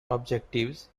objectives